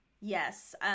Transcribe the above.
Yes